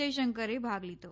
જયશંકર ભાગ લીધો